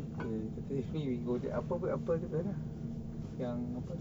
okay today we go apa tu apa kat mana yang